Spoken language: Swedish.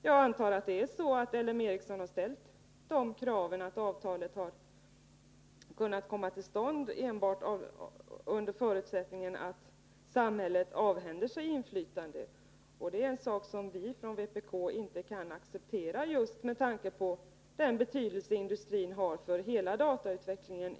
Jag antar att L M Ericsson har ställt det kravet och att avtalet har kunnat komma till stånd enbart under förutsättning att samhället avhänder sig inflytande. Det är en sak som vi från vpk inte kan acceptera just med tanke på den betydelse industrin har för hela datautvecklingen.